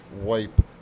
wipe